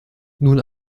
nun